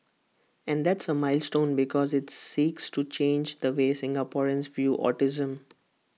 and that's A milestone because IT seeks to change the way Singaporeans view autism